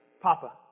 Papa